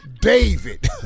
David